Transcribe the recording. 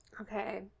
Okay